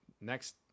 next